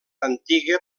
antiga